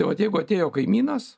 tai vat jeigu atėjo kaimynas